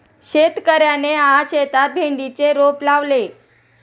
शेतकऱ्याने आज शेतात भेंडीचे रोप लावले